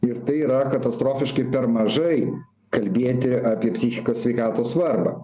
ir tai yra katastrofiškai per mažai kalbėti apie psichikos sveikatos svarbą